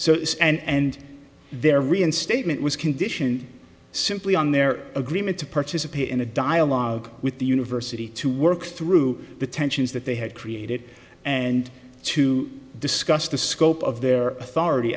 it's and there reinstatement was conditioned simply on their agreement to participate in a dialogue with the university to work through the tensions that they had created and to discuss the scope of their authority